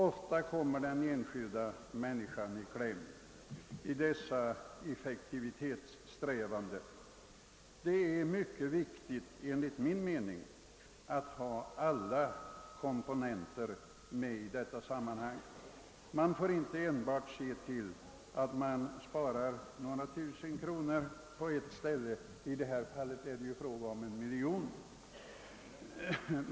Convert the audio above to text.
Ofta kommer dock den enskilda människan i kläm i dessa effektivitetssträvanden. Det är enligt min mening mycket viktigt att därvid ta med alla komponenter i bedömningen. Man får inte enbart se till om man spar några tusen kronor på ett ställe; i detta fall är det fråga om en miljon.